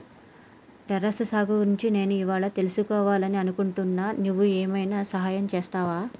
terrace సాగు గురించి నేను ఇవ్వాళా తెలుసుకివాలని అనుకుంటున్నా నువ్వు ఏమైనా సహాయం చేస్తావా